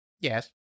Yes